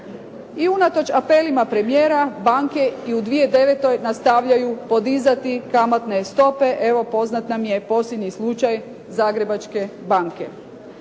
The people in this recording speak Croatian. unatoč apelima premijera, banke i u 2009. nastavljaju podizati kamatne stope. Evo poznat nam je posljednji slučaj Zagrebačke banke.